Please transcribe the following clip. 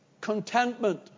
contentment